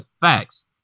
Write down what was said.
facts